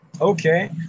okay